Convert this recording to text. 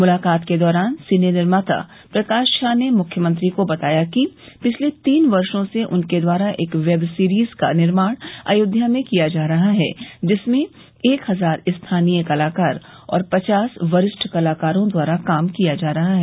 मुलाकात के दौरान सिने निर्माता प्रकाश झा ने मुख्यमंत्री को बताया कि पिछले तीन वर्षो से उनके द्वारा एक वेब सीरीज़ का निर्माण अयोध्या में किया जा रहा है जिसमें एक हज़ार स्थानीय कलाकार और पचास वरिष्ठ कलाकारों द्वारा काम किया जा रहा है